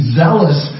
zealous